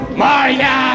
maria